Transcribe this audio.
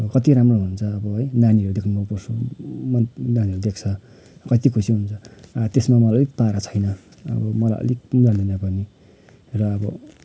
अब कत्ति राम्रो हुन्छ अब है नानीहरू देख्न मनपर्छ नानीहरू देख्छ कत्ति खुसी हुन्छ त्यसमा म अलिक पारा छैन अब मलाई अलिक जान्दिनँ पनि र अब